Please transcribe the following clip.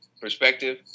perspective